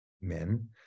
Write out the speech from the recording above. men